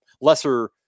lesser